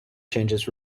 changes